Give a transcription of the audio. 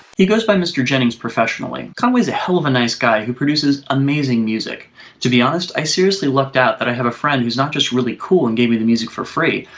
he goes by mr. jennings professionally. conway's a hell of a nice guy who produces amazing music to be honest, i seriously lucked out that i have a friend who's not just really cool and gave me the music for free,